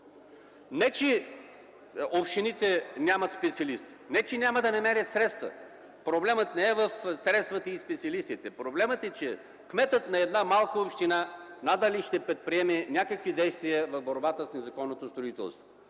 Не че общините нямат специалисти, не че няма да намерят средства, проблемът не е в средствата и специалистите. Проблемът е, че кметът на една малка община надали ще предприеме някакви действия в борбата с незаконното строителство.